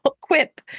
quip